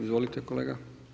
Izvolite kolega.